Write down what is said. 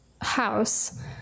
house